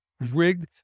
rigged